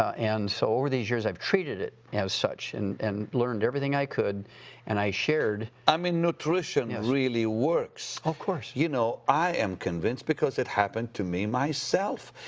and so, over these years i've treated it as such and and learned everything i could and i shared. i mean, nutrition really works! yes. of course. you know, i am convinced because it happened to me myself,